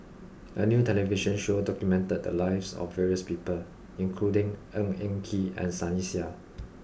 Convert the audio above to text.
a new television show documented the lives of various people including Ng Eng Kee and Sunny Sia